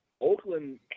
Oakland